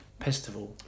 Pestival